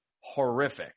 horrific